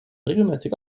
regelmäßig